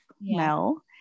Mel